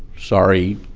sorry,